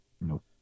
Nope